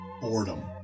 boredom